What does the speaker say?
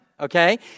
Okay